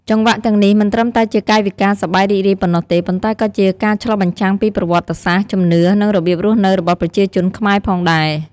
ចង្វាក់ទាំងនេះមិនត្រឹមតែជាកាយវិការសប្បាយរីករាយប៉ុណ្ណោះទេ ប៉ុន្តែក៏ជាការឆ្លុះបញ្ចាំងពីប្រវត្តិសាស្ត្រ ជំនឿ និងរបៀបរស់នៅរបស់ប្រជាជនខ្មែរផងដែរ។